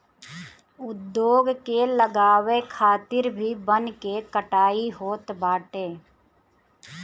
उद्योग के लगावे खातिर भी वन के कटाई होत बाटे